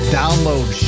download